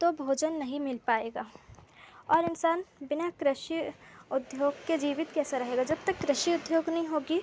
तो भोजन नहीं मिल पाएगा और इंसान बिना कृषि उद्योग के जीवित कैसे रहेगा जब तक कृषि उद्योग नहीं होगा